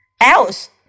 else